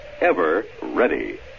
Ever-Ready